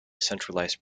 centralised